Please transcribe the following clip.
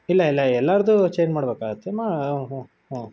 ಇಲ್ಲ ಇಲ್ಲ ಎಲ್ಲರದ್ದೂ ಚೇನ್ ಮಾಡ್ಬೇಕಾಗತ್ತೆ ಮಾ ಹ್ಞೂ ಹ್ಞೂ ಹ್ಞೂ